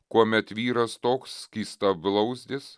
kuomet vyras toks skystablauzdis